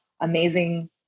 amazing